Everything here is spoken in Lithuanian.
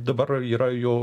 dabar yra jo